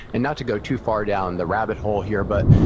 and not to go too far down the rabbit hole here, but,